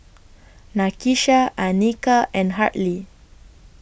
Nakisha Anika and Hartley